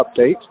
update